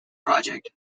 project